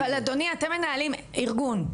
אבל אדוני אתם מנהלים ארגון,